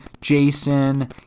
jason